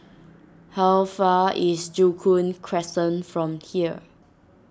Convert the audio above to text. how far away is Joo Koon Crescent from here